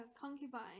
concubine